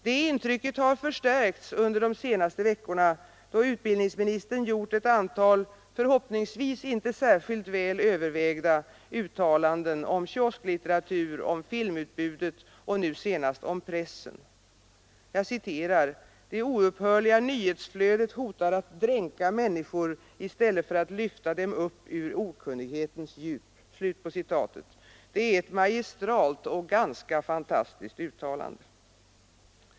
Detta intryck har förstärkts under de senaste veckorna då utbildningsministern gjort ett antal, förhoppningsvis inte särskilt väl övervägda, uttalanden om kiosklitteratur, om filmutbudet och nu senast om pressen. ”Det oupphörliga nyhetsflödet hotar att dränka människor i stället för att lyfta dem upp ur okunnighetens djup” — det är ett magistralt och ganska fantastiskt uttalande!